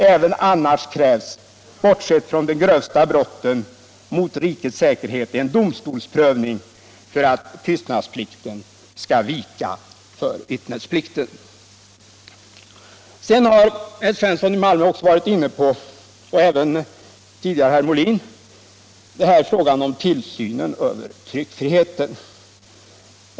Även annars krävs — bortsett från de grövsta brotten mot rikets säkerhet — en domstolsprövning för att tystnadsplikten skall vika för vittnesplikten. Sedan har också herr Svensson i Malmö, liksom tidigare även herr Molin, varit inne på frågan om tillsynen över tryckfriheten.